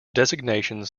designations